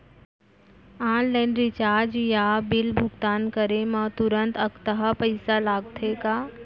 Online recharge या bill भुगतान करे मा तुरंत अक्तहा पइसा लागथे का?